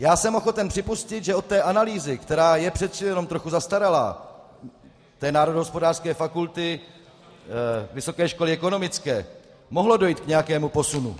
Já jsem ochoten připustit, že od té analýzy, která je přece jenom trochu zastaralá, Národohospodářské fakulty Vysoké školy ekonomické mohlo dojít k nějakému posunu.